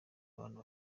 abantu